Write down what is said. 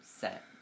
set